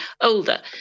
older